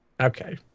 Okay